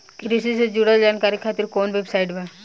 कृषि से जुड़ल जानकारी खातिर कोवन वेबसाइट बा?